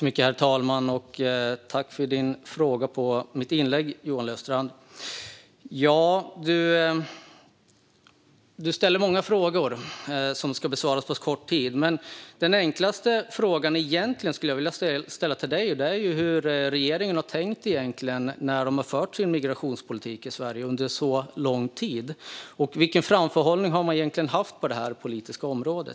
Herr talman! Tack, Johan Löfstrand, för din replik! Du ställer många frågor som ska besvaras på kort tid. Men den enklaste frågan skulle jag ändå vilja ställa till dig: Hur har regeringen egentligen tänkt med den migrationspolitik man har fört i Sverige under lång tid? Vilken framförhållning har man egentligen haft på det här politiska området?